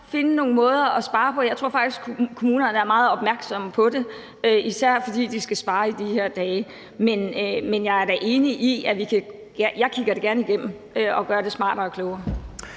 finde nogle måder at spare på. Jeg tror faktisk, at kommunerne er meget opmærksomme på det, især fordi de skal spare i de her dage. Men jeg er da enig, og jeg kigger det gerne igennem i forhold til at gøre det smartere og klogere.